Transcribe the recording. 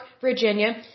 Virginia